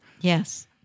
Yes